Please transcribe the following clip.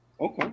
Okay